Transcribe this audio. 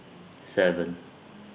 seven